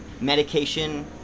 medication